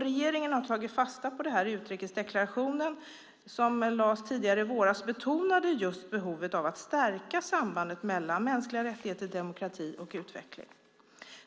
Regeringen har tagit fasta på detta, och i utrikesdeklarationen, som lades fram i våras, betonades just behovet av att stärka sambandet mellan mänskliga rättigheter, demokrati och utveckling.